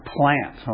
plant